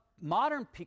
modern